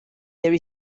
there